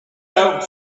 out